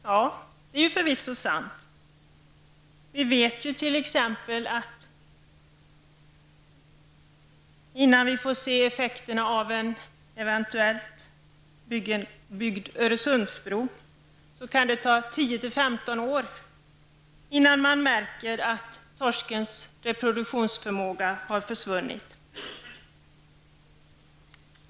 Ja, det är förvisso sant. Vi vet t.ex. att det tar lång tid innan man ser effekterna av en eventuell Öresundsbro. Det kan ta 10--15 år innan man märker att torskens reproduktionsförmåga har försvunnit.